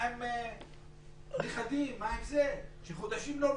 מה עם נכדים, שחודשים לא רואים?